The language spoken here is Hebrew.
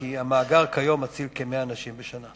כי המאגר היום מציל כ-100 אנשים בשנה.